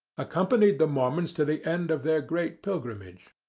accompanied the mormons to the end of their great pilgrimage.